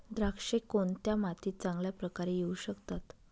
द्राक्षे कोणत्या मातीत चांगल्या प्रकारे येऊ शकतात?